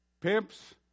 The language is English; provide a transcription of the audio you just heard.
Pimps